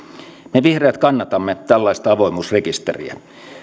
me vihreät kannatamme tällaista avoimuusrekisteriä